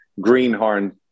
greenhorn